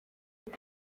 uyu